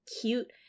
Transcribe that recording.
cute